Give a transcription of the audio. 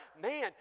man